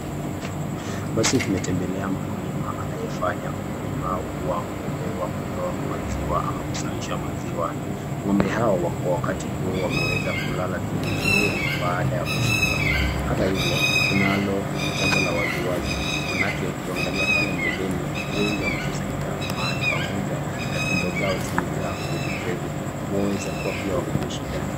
Basi tumetembelea mkulima anayefanya ukulima wa ng'ombe wa kutoa maziwa ama kuzalisha maziwa. Ng'ombe hawa kwa wakati huu wameweza kulala tu vizuri baada ya kushiba. Hata hivyo, kunalo jambo la wazi wazi. Maanake ukiangalia pale mbeleni wengi wamekusanyika mahali pamoja na tumbo zao zimejaa kweli kweli. Waweza kuwa pia wako na shida.